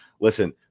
listen